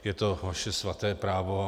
Je to vaše svaté právo.